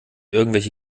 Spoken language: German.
irgendwelche